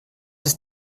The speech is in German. ist